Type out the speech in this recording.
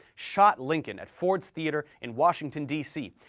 shot lincoln at ford's theater in washington dc,